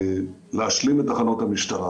להשלים את תחנות המשטרה